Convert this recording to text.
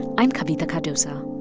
i'm kavitha cardoza